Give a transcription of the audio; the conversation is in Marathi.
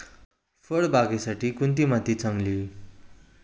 फळबागेसाठी कोणती माती चांगली?